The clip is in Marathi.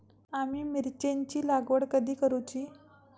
आम्ही मिरचेंची लागवड कधी करूची?